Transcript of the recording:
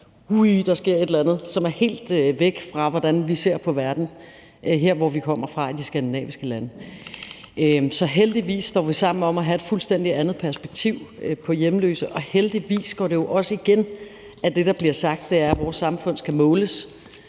Ej, der sker et eller andet, som er helt væk fra, hvordan vi ser på verden her, hvor vi kommer fra, i de skandinaviske lande. Så heldigvis står vi sammen om at have et fuldstændig andet perspektiv på hjemløse, og heldigvis går det jo også igen i det, der bliver sagt, altså at vores samfund skal måles